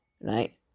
right